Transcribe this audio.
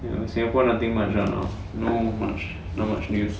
ya singapore nothing much [one] ah no much not much news